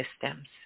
systems